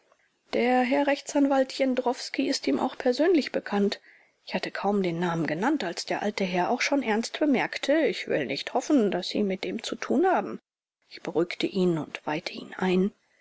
der herr rechtsanwalt jendrowski ist ihm auch persönlich bekannt ich hatte kaum den namen genannt als der alte herr auch schon ernst bemerkte ich will nicht hoffen daß sie mit dem zu tun haben ich beruhigte ihn und weihte ihn ein